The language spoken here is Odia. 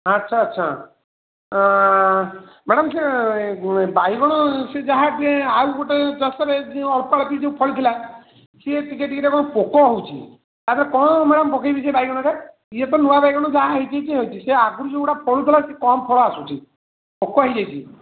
ଆଚ୍ଛା ଆଚ୍ଛା ମ୍ୟାଡ଼ାମ୍ ସେ ବାଇଗଣ ସେ ଯାହା କି ଆଉ ଗୋଟିଏ ଅଳ୍ପ ଅଳ୍ପ ଯେଉଁ ଫଳିଥିଲା ସିଏ ଟିକିଏ ଟିକିଏ କ'ଣ ପୋକ ହଉଛି ଆଗ କ'ଣ ମ୍ୟାଡ଼ାମ୍ ପକେଇବି ସେ ବାଇଗଣରେ ଏତ ନୂଆ ବାଇଗଣ ଯାହା ହେଇଛି ହେଇଛି ହେଇଛି ସେ ଆଗରୁ ଯେଉଁଗୁଡ଼ା ଫଳୁଥିଲା ସେ କମ୍ ଫଳ ଆସୁଛି ପୋକ ହେଇଯାଇଛି